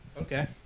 Okay